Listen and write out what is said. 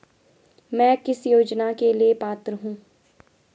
मैं किस योजना के लिए पात्र हूँ?